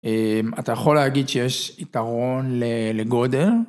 אתה יכול להגיד שיש יתרון לגודל.